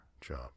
job